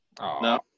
No